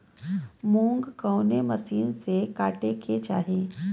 मूंग कवने मसीन से कांटेके चाही?